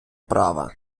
права